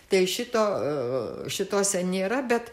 tai šito šitose nėra bet